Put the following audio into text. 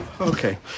Okay